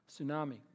Tsunami